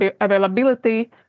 availability